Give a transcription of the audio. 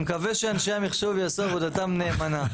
אני מקווה שאנשי המחשוב יעשו עבודתם נאמנה.